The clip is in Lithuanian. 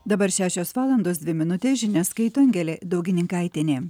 dabar šešios valandos dvi minutės žinias skaito angelė daugininkaitienė